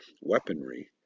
weaponry